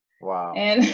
Wow